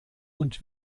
und